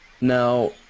Now